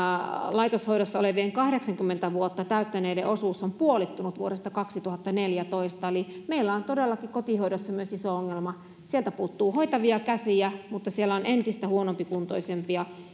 laitoshoidossa olevien kahdeksankymmentä vuotta täyttäneiden osuus on puolittunut vuodesta kaksituhattaneljätoista eli meillä on todellakin kotihoidossa myös iso ongelma sieltä puuttuu hoitavia käsiä mutta siellä on entistä huonokuntoisempia